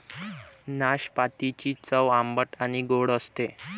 नाशपातीची चव आंबट आणि गोड असते